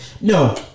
no